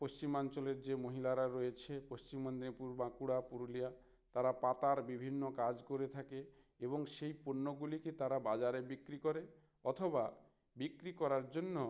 পশ্চিমাঞ্চলের যে মহিলারা রয়েছে পশ্চিম মেদিনীপুর বাঁকুড়া পুরুলিয়া তারা পাতার বিভিন্ন কাজ করে থাকে এবং সেই পণ্যগুলিকে তারা বাজারে বিক্রি করে অথবা বিক্রি করার জন্য